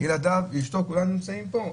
ילדיו ואישתו נמצאים פה,